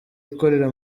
ikorera